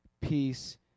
peace